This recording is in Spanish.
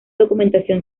documentación